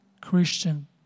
Christian